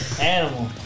animal